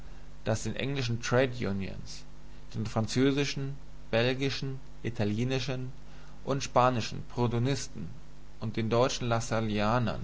das den englischen trades unions den französischen belgischen italienischen und spanischen proudhonisten und den deutschen